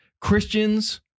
Christians